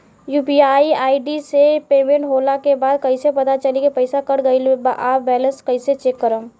UPI ID से payment होला के बाद कइसे पता चली की पईसा कट गएल आ बैलेंस कइसे चेक करम?